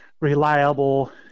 reliable